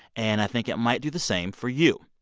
and i think it might do the same for you.